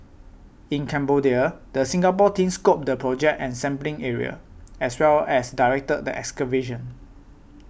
in Cambodia the Singapore team scoped the project and sampling area as well as directed the excavation